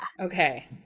Okay